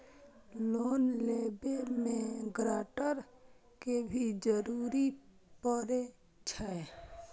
Loan लेबे में grantor के भी जरूरी परे छै?